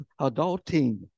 adulting